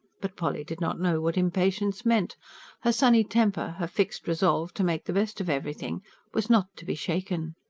but polly did not know what impatience meant her sunny temper, her fixed resolve to make the best of everything was not to be shaken.